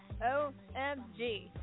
OMG